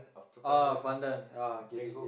ah pandan ah gerek gerek